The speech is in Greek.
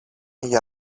για